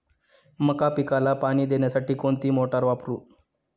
मका पिकाला पाणी देण्यासाठी कोणती मोटार वापरू?